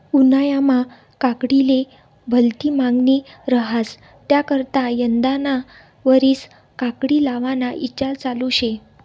उन्हायामा काकडीले भलती मांगनी रहास त्याकरता यंदाना वरीस काकडी लावाना ईचार चालू शे